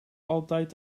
altijd